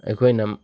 ꯑꯩꯈꯣꯏꯅ